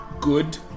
good